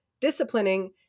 disciplining